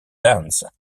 dance